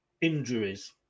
Injuries